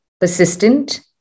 persistent